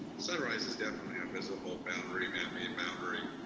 sunrise is definitely a visible boundary, man-made boundary,